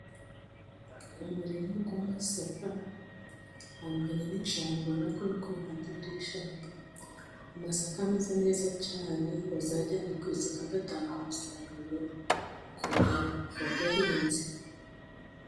Umurima w'amasaka ahantu hanini cyane, ubona ko no ku ruhande hari ibishanga. Amasaka ameze neza cyane bazajyana ku isoko agatanga umusaruro k'uwayahinze.